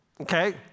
okay